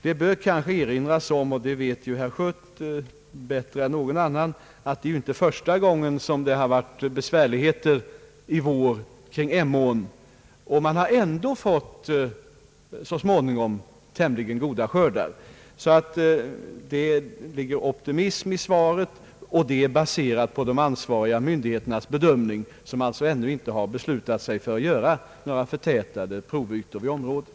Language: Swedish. Det bör kanske erinras om — och det vet herr Schött bättre än någon annan — att det inte är den första gången det har varit besvärligheter kring Emån, och skördarna har ändå så småningom blivit tämligen goda. Det ligger optimism i mitt svar, baserat på de ansvariga myndigheternas bedömningar, vilka alltså ännu inte har beslutat sig för några förtätade provytor i området.